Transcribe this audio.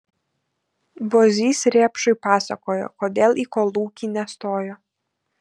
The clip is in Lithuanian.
bozys rėpšui pasakojo kodėl į kolūkį nestojo